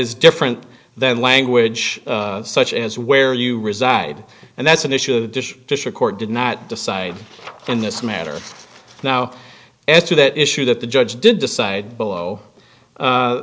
is different than language such as where you reside and that's an issue of the dish dish a court did not decide in this matter now as to that issue that the judge did decide below